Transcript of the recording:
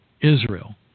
Israel